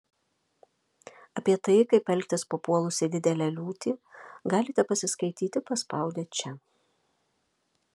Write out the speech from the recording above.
apie tai kaip elgtis papuolus į didelę liūtį galite pasiskaityti paspaudę čia